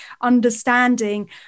understanding